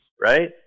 right